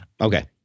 Okay